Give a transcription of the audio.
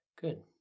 Good